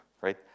right